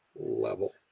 level